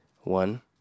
One